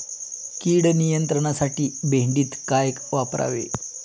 कीड नियंत्रणासाठी भेंडीत काय वापरावे?